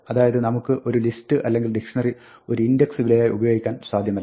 അതായത് നമുക്ക് ഒരു ലിസ്റ്റ് അല്ലെങ്കിൽ ഡിക്ഷ്ണറി ഒരു ഇൻഡക്സ് വിലയായി ഉപയോഗിക്കുവാൻ സാധ്യമല്ല